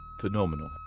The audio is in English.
phenomenal